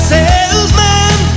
Salesman